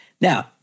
Now